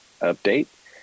update